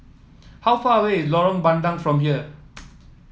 how far away is Lorong Bandang from here